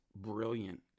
brilliant